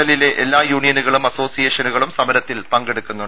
എല്ലിലെ എല്ലാ യൂണിയനുകളും അസോസിയേഷനകളും സമരത്തിൽ പങ്കെടുക്കുന്നുണ്ട്